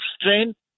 strength